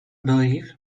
believe